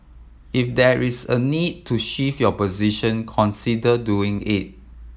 if there is a need to shift your position consider doing it